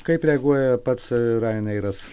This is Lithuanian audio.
kaip reaguoja pats raineiras